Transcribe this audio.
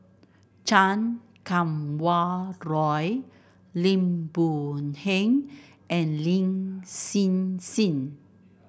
Chan Kum Wah Roy Lim Boon Heng and Lin Hsin Hsin